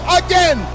again